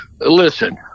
listen